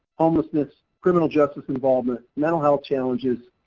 homelessness, criminal justice involvement, mental health challenges,